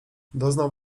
doznał